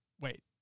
wait